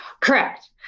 Correct